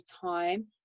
time